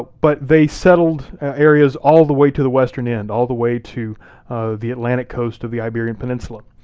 but they settled areas all the way to the western end. all the way to the atlantic coast of the iberian peninsula.